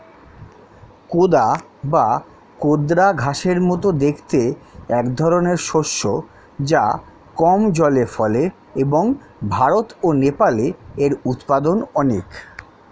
কোদা বা কোদরা ঘাসের মতো দেখতে একধরনের শস্য যা কম জলে ফলে এবং ভারত ও নেপালে এর উৎপাদন অনেক